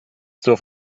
zur